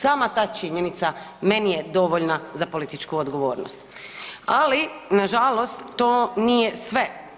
Sama ta činjenica meni je dovoljna za političku odgovornost, ali nažalost to nije sve.